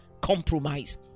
compromise